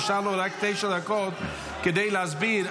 נשארו לו רק תשע דקות כדי להסביר,